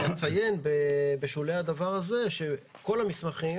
אני אציין בשולי הדבר הזה שכל המסמכים